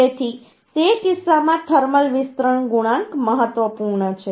તેથી તે કિસ્સામાં થર્મલ વિસ્તરણ ગુણાંક મહત્વપૂર્ણ છે